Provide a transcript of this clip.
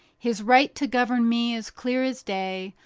his right to govern me is clear as day,